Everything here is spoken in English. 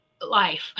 life